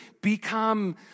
become